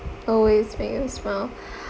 always make you smile